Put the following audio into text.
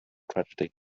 tragedy